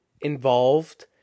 involved